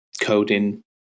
coding